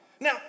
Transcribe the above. Now